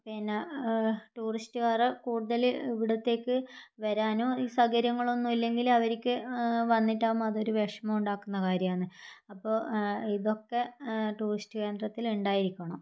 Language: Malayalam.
പിന്നെ ടൂറിസ്റ്റുകാർ കൂടുതൽ ഇവിടത്തേയ്ക്ക് വരാനും ഈ സൗകര്യങ്ങളൊന്നും ഇല്ലെങ്കിൽ അവർക്ക് വന്നിട്ട് ആകുമ്പോൾ അതൊരു വിഷമം ഉണ്ടാക്കുന്ന കാര്യമാണ് അപ്പോൾ ഇതൊക്കെ ടൂറിസ്റ്റ് കേന്ദ്രത്തിൽ ഉണ്ടായിരിക്കണം